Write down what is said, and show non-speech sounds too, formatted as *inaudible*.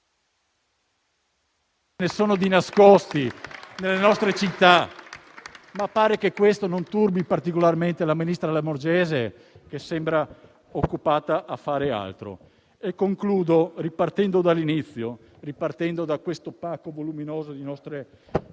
Ce ne sono di nascosti nelle nostre città, *applause* ma pare che questo non turbi particolarmente il ministro Lamorgese, che sembra occupato a fare altro. Concludo, ripartendo dall'inizio, ripartendo da questo pacco voluminoso di nostre